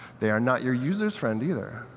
they are not your user's friend either.